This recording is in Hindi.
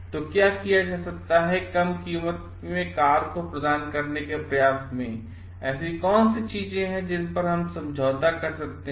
तो क्या किया जा सकता है किकम कीमत कीकारप्रदान करने के प्रयास में ऐसी कौन सी चीजें हैं जिन पर हम वास्तव में समझौता कर सकते हैं